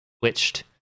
switched